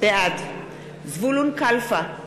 בעד זבולון קלפה,